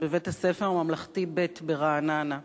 בבית-הספר הממלכתי ב' ברעננה,